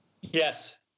Yes